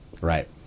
Right